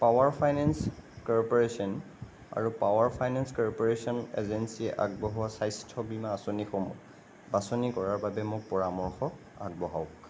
power finance corporation আৰু power finance corporation এজেন্সিয়ে আগবঢ়োৱা স্বাস্থ্য বীমা আঁচনিসমূহ বাচনি কৰাৰ বাবে মোক পৰামৰ্শ আগবঢ়াওঁক